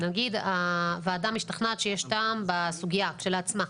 נגיד הוועדה משתכנעת שיש טעם בסוגיה, כשלעצמה.